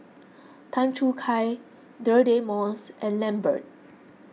Tan Choo Kai Deirdre Moss and Lambert